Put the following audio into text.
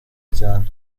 cyane